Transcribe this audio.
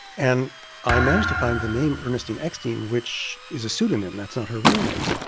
and i managed to find the name ernestine eckstein, which is a pseudonym. that's not her real name.